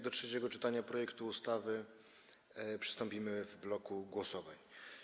Do trzeciego czytania projektu ustawy przystąpimy w bloku głosowań.